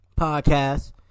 podcast